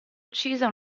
uccisa